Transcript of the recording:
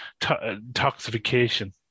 toxification